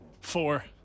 four